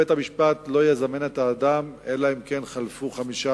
בית-המשפט לא יזמן את האדם אלא אם כן חלפו 15